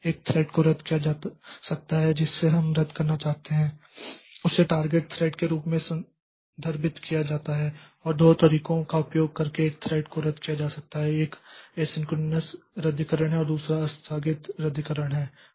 एक थ्रेड को रद्द किया जा सकता है जिसे हम रद्द करना चाहते हैं उसे टारगेट थ्रेड के रूप में संदर्भित किया जाता है और दो तरीकों का उपयोग करके एक थ्रेड को रद्द किया जा सकता है एक एसिंक्रोनस रद्दीकरण है और दूसरा आस्थगित रद्दीकरण है